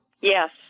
Yes